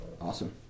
awesome